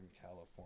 California